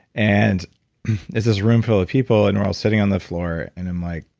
and there's this room full of people and we're all sitting on the floor and i'm like,